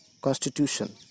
constitution